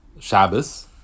Shabbos